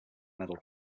medal